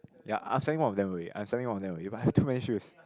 ya I'm selling one of them away I'm selling one of them away but I have too many shoes